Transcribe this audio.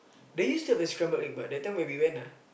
they used to have a scramble egg but that time when we went ah